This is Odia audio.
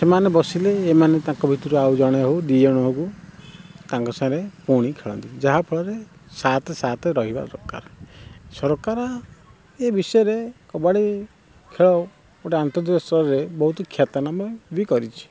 ସେମାନେ ବସିଲେ ଏମାନେ ତାଙ୍କ ଭିତରୁ ଆଉ ଜଣେ ହଉ ଦୁଇଜଣ ହଉ ତାଙ୍କ ସାଙ୍ଗରେ ପଡ଼ି ଖେଳନ୍ତି ଯାହାଫଳରେ ସାତ ସାତ ରହିବା ଦରକାର ସରକାର ଏ ବିଷୟରେ କବାଡ଼ି ଖେଳ ଗୋଟେ ବହୁତ ଖ୍ୟାତନାମା ବି କରିଛି